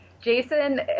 Jason